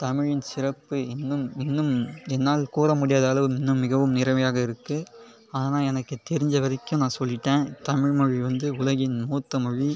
தமிழின் சிறப்பு இன்னும் இன்னும் என்னால் கூறமுடியாத அளவு இன்னும் மிகவும் நிறைமையாக இருக்குது ஆனால் எனக்கு தெரிஞ்ச வரைக்கும் நான் சொல்லிவிட்டேன் தமிழ்மொழி வந்து உலகின் மூத்த மொழி